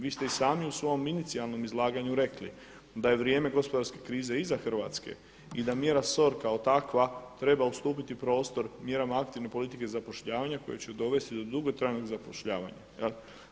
Vi ste i sami u svom inicijalnom izlaganju rekli da je vrijeme gospodarske krize iza Hrvatske i da mjera SOR kao takva treba ustupiti prostor mjerama aktivne politike zapošljavanja koje će dovesti do dugotrajnog zapošljavanja.